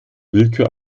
willkür